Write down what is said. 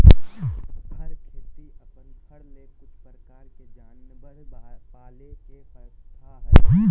फर खेती अपन फर ले कुछ प्रकार के जानवर पाले के प्रथा हइ